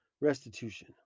restitution